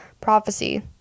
prophecy